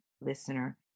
listener